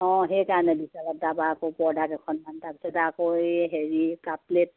অঁ সেইকাৰণে বিশালত তাৰ পৰা আকৌ পৰ্দা কেইখনমান তাৰপিছত আকৌ এই হেৰি কাপ প্লেট